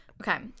Okay